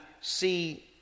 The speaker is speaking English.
see